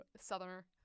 southerner